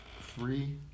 Three